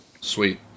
Sweet